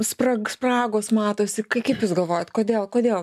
sprag spragos matosi kaip jūs galvojat kodėl kodėl